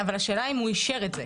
השאלה אם הוא אישר את זה.